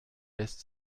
lässt